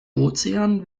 ozean